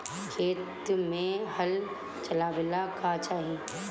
खेत मे हल चलावेला का चाही?